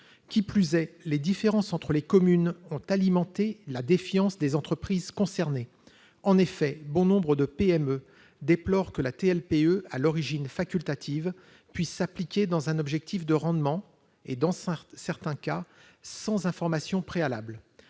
Qui plus est, les différences entre les communes ont alimenté la défiance des entreprises concernées. En effet, bon nombre de PME déplorent que la TLPE, à l'origine facultative, puisse s'appliquer dans un objectif de rendement et, dans certains cas, sans information préalable.